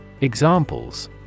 Examples